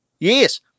Yes